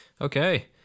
Okay